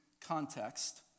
context